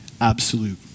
absolute